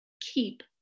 keep